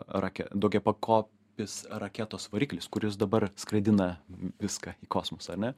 rake daugiapakopis raketos variklis kuris dabar skraidina viską į kosmosą ar ne